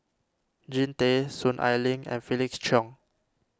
Jean Tay Soon Ai Ling and Felix Cheong